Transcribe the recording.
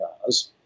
cars